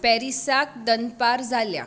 पॅरीसाक दनपार जाल्या